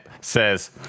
says